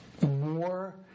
more